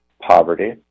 poverty